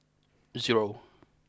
zero